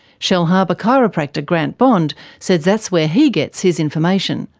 shellharbour chiropractor grant bond says that's where he gets his information.